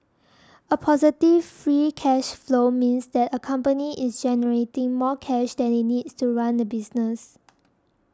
a positive free cash flow means that a company is generating more cash than it needs to run the business